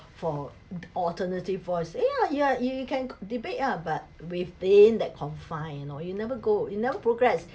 for alternative voice ya ya you can debate ah but within that confines you know you never go you never progress